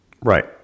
Right